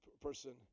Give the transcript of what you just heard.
person